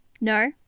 No